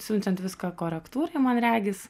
siunčiant viską korektūrai man regis